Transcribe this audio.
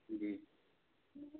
जी